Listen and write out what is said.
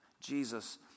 Jesus